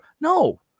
No